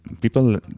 People